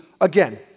Again